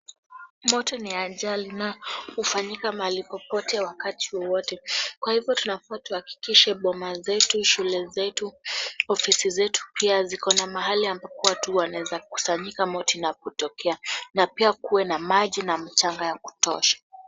Moto ni ya ajali na hufanyika mahali popote wakati wowote kwa hivyo tunafaa tuhakikishe boma zetu, shule zetu, ofisi zetu pia ziko na mahali ambapo watu wanaweza kusanyika moto inapotokea na pia kuwe na maji na mchanga ya kutosha.